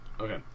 Okay